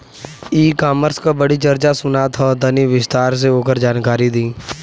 ई कॉमर्स क बड़ी चर्चा सुनात ह तनि विस्तार से ओकर जानकारी दी?